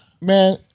Man